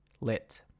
lit